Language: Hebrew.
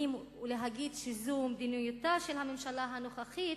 ולהגיד שזו מדיניותה של הממשלה הנוכחית,